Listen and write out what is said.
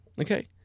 Okay